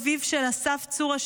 אביו של אסף צור,